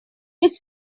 his